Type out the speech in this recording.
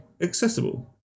accessible